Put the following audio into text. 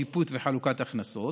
שיפוט וחלוקת הכנסות,